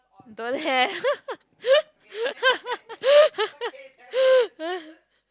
don't have